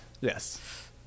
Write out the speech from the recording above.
Yes